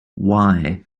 why